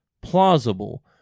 plausible